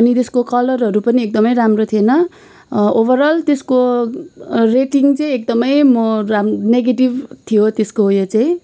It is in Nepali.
अनि त्यसको कलरहरू पनि एकदमै राम्रो थिएन ओभरअल त्यसको रेटिङ चाहिँ एकदमै म राम नेगेटिभ थियो त्यसको उयो चाहिँ